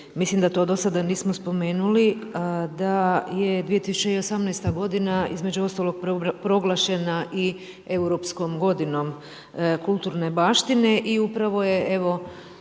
mislim da to do sada nismo spomenuli da je 2018. g. između ostalog proglašena i europskom godinom kulturne baštine i upravo je evo,